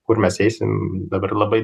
kur mes eisime dabar labai